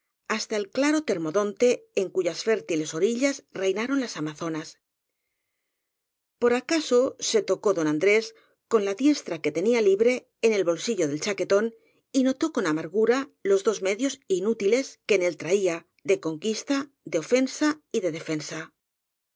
hasta el claro termodonte en cuyas fértiles orillas reinaron las amazonas por acaso se tocó don andrés con la diestra que tenía libre en el bolsillo del chaquetón y notó con amargura los dos medios inútiles que en él traía de conquista de ofensa y de defensa